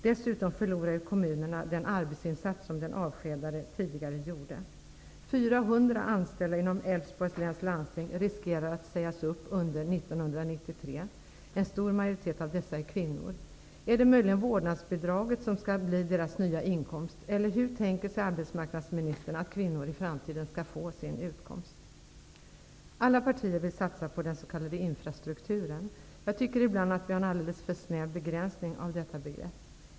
Dessutom förlorar kommunen den arbetsinsats som den avskedade tidigare gjorde. Inom Älvsborgs läns landsting riskerar 400 att sägas upp under 1993. En stor majoritet av dessa är kvinnor. Är det möjligen vårdnadsbidraget som skall bli deras nya inkomst, eller hur tänker sig arbetsmarknadsministern att kvinnor i framtiden skall få sin utkomst? Alla partier vill satsa på den s.k. infrastrukturen. Jag tycker ibland att vi har en alldeles för snäv definition av detta begrepp.